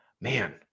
man